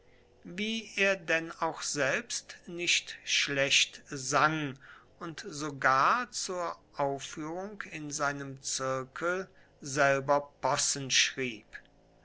wie er denn auch selbst nicht schlecht sang und sogar zur aufführung in seinem zirkel selber possen schrieb